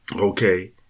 Okay